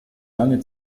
lange